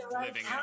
living